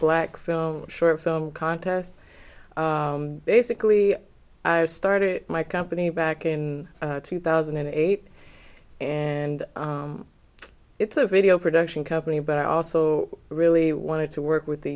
black film short film contest basically i started my company back in two thousand and eight and it's a video production company but i also really wanted to work with the